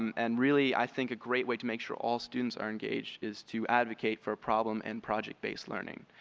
um and really i think a great way to make sure all students are engaged is to advocate for a problem and project-based learning.